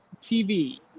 TV